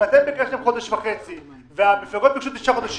אם אתם ביקשתם חודש וחצי והמפלגות ביקשו תשעה חודשים,